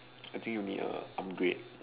I think you need a upgrade